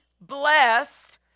blessed